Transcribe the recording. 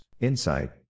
insight